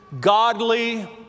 godly